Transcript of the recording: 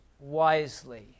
wisely